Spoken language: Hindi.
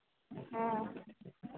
हाँ